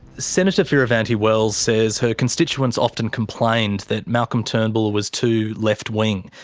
senator fierravanti-wells says her constituents often complained that malcolm turnbull was too left wing.